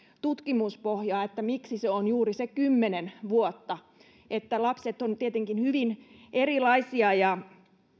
tutkimuspohjaa miksi se on juuri se kymmenen vuotta lapset ovat tietenkin hyvin erilaisia ja